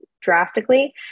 drastically